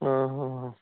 ਹਾਂ ਹਾਂ ਹਾਂ